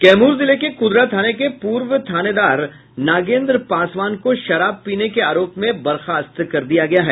कैमूर जिले के कुदरा थाने के पूर्व थानेदार नागेंद्र पासवान को शराब पीने के आरोप में बर्खास्त कर दिया गया है